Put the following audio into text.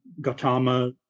Gautama